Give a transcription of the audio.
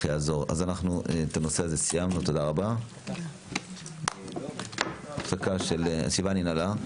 תודה רבה לכולם, הישיבה נעולה.